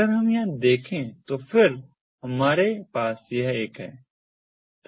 अगर हम यहां देखें तो फिर हमारे पास यह एक है